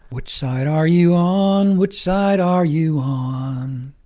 which side are you on? which side are you on?